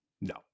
No